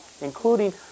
including